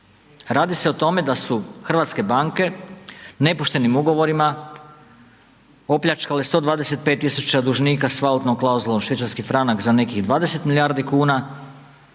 Radi se o tome da su hrvatske banke nepoštenim ugovorima opljačkale 125 tisuća dužnika s valutnom klauzulom švicarski franak za nekih 20 milijardi kuna,